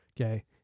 Okay